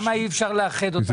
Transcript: למי אי אפשר לאחד אותם?